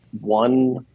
One